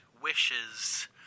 wishes